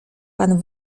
pan